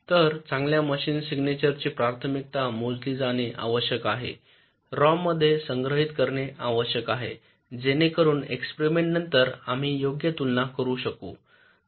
तर चांगल्या मशीन सिग्नेचरची प्राथमिकता मोजली जाणे आवश्यक आहे आणि रॉममध्ये संग्रहित करणे आवश्यक आहे जेणेकरून एक्सपेरिमेंट नंतर आम्ही योग्य तुलना करू शकू